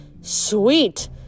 Sweet